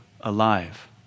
alive